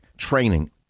training